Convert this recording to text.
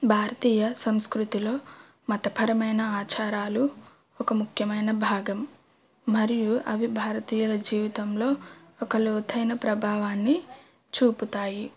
భారతీయ సంస్కృతిలో మతపరమైన ఆచారాలు ఒక ముఖ్యమైన భాగం మరియు అవి భారతీయుల జీవితంలో ఒక లోతైన ప్రభావాన్ని చూపుతాయి